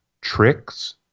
tricks